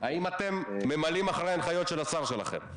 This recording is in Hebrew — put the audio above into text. האם אתם ממלאים אחרי הנחיות השר שלכם?